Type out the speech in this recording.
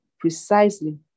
precisely